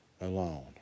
alone